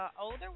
older